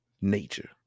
nature